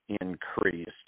increased